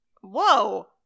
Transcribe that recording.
whoa